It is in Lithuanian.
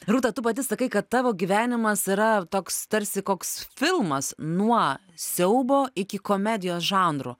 rūta tu pati sakai kad tavo gyvenimas yra toks tarsi koks filmas nuo siaubo iki komedijos žanrų